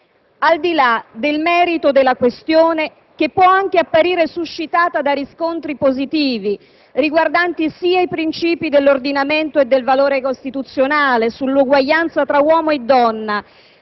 Al di là del merito della questione, che può anche apparire suscitata da riscontri positivi, riguardanti sia i princìpi dell'ordinamento e del valore costituzionale sull'uguaglianza tra uomo e donna,